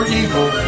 evil